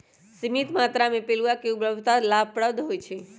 सीमित मत्रा में पिलुआ के उपलब्धता लाभप्रद होइ छइ